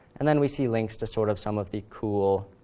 and then we see links to sort of some of the cool